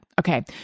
Okay